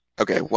Okay